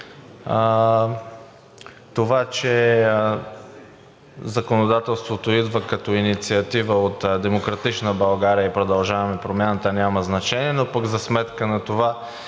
Това, че законодателството идва като инициатива от „Демократична България“ и „Продължаваме Промяната“, няма значение, но пък за сметка на това